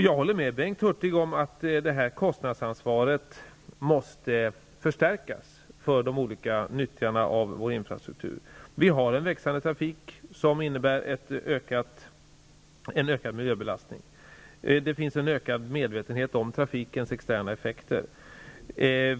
Jag håller med Bengt Hurtig om att kostnadsansvaret måste förstärkas för de olika nyttjarna av vår infrastruktur. Vi har en växande trafik, som innebär en ökad miljöbelastning. Det finns en ökad medvetenhet om trafikens externa effekter.